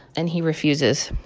and he refuses.